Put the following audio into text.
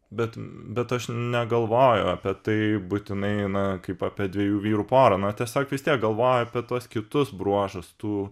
bet bet aš negalvoju apie tai būtinai na kaip apie dviejų vyrų porą na tiesiog vis tiek galvoji apie tuos kitus bruožus tų